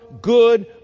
good